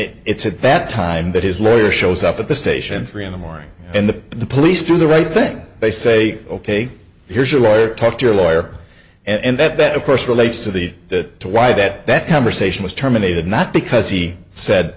it it's at that time that his lawyer shows up at the station three in the morning and the the police through the right thing they say ok here's your lawyer talk to your lawyer and that of course relates to the to why that that conversation was terminated not because he said